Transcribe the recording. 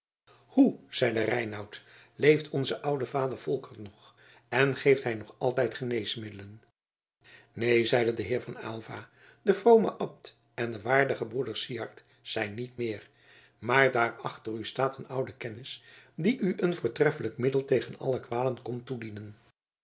hoe zeide reinout leeft onze oude vader volkert nog en geeft hij nog altijd geneesmiddelen neen zeide de heer van aylva de vrome abt en de waardige broeder syard zijn niet meer maar daarachter u staat een oude kennis die u een voortreffelijk middel tegen alle kwalen komt toedienen